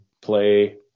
play